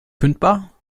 kündbar